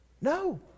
No